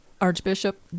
Archbishop